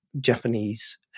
Japanese